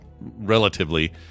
relatively